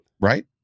Right